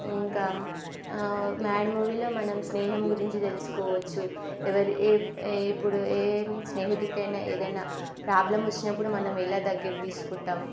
ఇంకా మ్యాడ్ మూవీలో మనం స్నేహం గురించి తెలుసుకోవచ్చు ఎవరి ఏ ఇప్పుడు ఏం స్నేహితుడికైనా ఏదైనా ప్రాబ్లమ్ వచ్చినప్పుడు మనము ఎలా దగ్గరకి తీసుకుంటాము